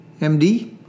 MD